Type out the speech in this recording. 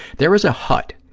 there is a hut